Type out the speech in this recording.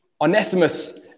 Onesimus